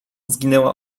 zginęła